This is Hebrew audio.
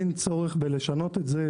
אין צורך לשנות את זה.